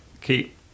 keep